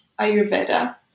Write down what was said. Ayurveda